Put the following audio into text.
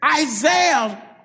Isaiah